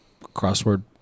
crossword